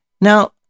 Now